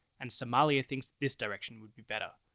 and somalia thinks this direction would be better.